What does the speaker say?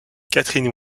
katherine